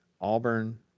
Auburn